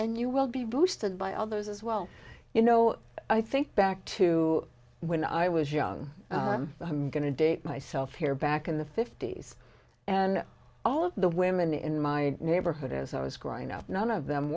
and you will be boosted by others as well you know i think back to when i was young i'm going to date myself here back in the fifty's and all of the women in my neighborhood as i was growing up none of them